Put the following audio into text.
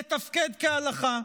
לתפקד כהלכה.